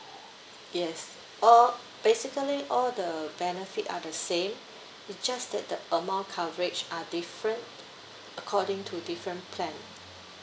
yes or basically all the benefit are the same it just that the amount coverage are different according to different plan